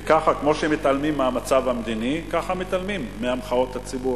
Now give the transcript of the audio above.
וככה, כמו שמתעלמים מהמצב המדיני,